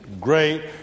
Great